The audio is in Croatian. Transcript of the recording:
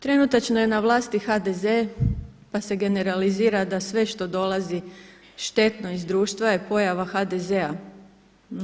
Trenutačno je na vlasti HDZ pa se generalizira da sve što dolazi štetno iz društvo je pojava HDZ-a.